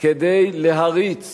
כדי להריץ